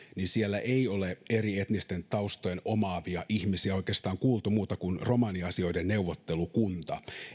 siellä ei oikeastaan ole eri etnisten taustojen omaavia ihmisiä kuultu muita kuin romaniasioiden neuvottelukuntaa